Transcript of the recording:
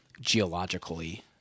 geologically